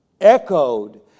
echoed